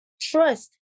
Trust